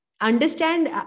understand